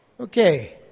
Okay